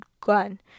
gun